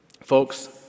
Folks